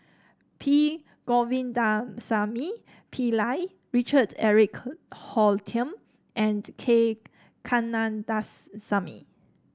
P Govindasamy Pillai Richard Eric Holttum and K Kandasamy